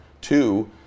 Two